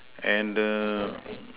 and the